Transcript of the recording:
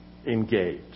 Engage